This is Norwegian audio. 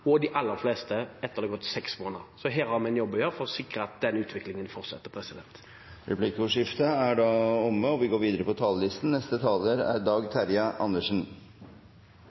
og de aller fleste etter at det har gått seks måneder. Så her har vi en jobb å gjøre for å sikre at den utviklingen fortsetter. Replikkordskiftet er omme. Det budsjettet vi skal behandle i dag, er